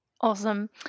awesome